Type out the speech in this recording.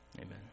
Amen